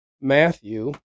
Matthew